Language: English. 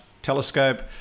telescope